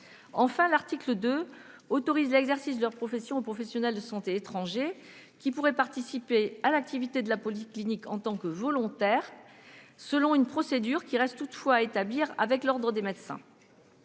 Enfin, l'article 2 autorise l'exercice de leur profession aux professionnels de santé étrangers qui pourraient participer à l'activité de la polyclinique en tant que volontaires, selon une procédure qui reste toutefois à établir avec le Conseil